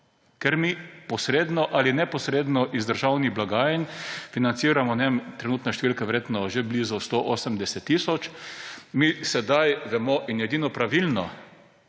ker mi posredno ali neposredno iz državnih blagajn financiramo, ne vem, trenutno je številka verjetno že blizu 180 tisoč. Mi sedaj vemo in je edino pravilno,